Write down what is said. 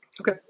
Okay